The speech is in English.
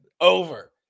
over